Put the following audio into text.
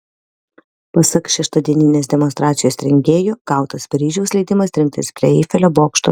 pasak šeštadieninės demonstracijos rengėjų gautas paryžiaus leidimas rinktis prie eifelio bokšto